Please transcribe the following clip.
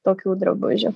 tokių drabužių